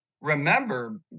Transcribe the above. Remember